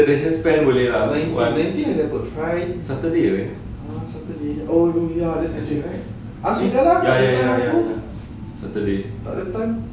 nineteen nineteen is apa fri~ ah saturday oh ya ah sudah lah tak ada time